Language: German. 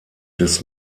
des